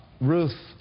Ruth